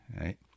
Right